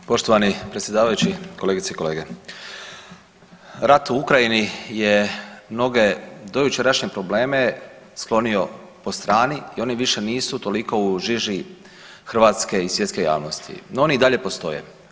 Poštovani predsjedavajući, kolegice i kolege, rat u Ukrajini je mnoge dojučerašnje probleme sklonio po strani i oni više nisu toliko u žiži hrvatske i svjetske javnosti, no oni i dalje postoje.